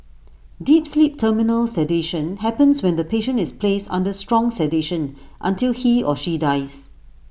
deep sleep terminal sedation happens when the patient is placed under strong sedation until he or she dies